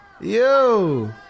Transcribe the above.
Yo